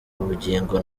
bugingo